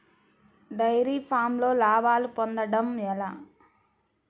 Dairy ఫామ్లో లాభాలు పొందడం ఎలా?